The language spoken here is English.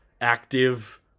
active